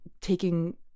taking